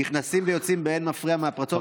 נכנסים ויוצאים באין מפריע מהפרצות שבגדר.